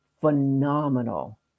phenomenal